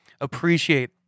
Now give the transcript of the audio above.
Appreciate